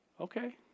Okay